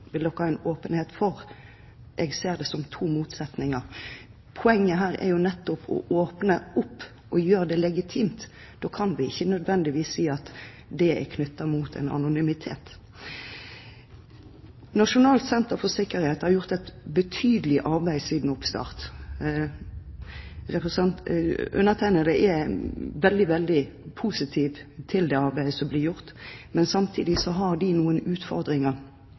vil de ha åpenhet. Jeg ser det som to motsetninger. Poenget her er jo nettopp å åpne opp og gjøre det legitimt. Da kan vi ikke nødvendigvis si at det er knyttet til anonymitet. Nasjonal enhet for pasientsikkerhet har gjort et betydelig arbeid siden oppstarten. Jeg er veldig positiv til det arbeidet som der blir gjort, men samtidig har de noen utfordringer